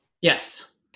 Yes